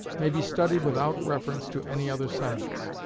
may be studied without reference to any other science.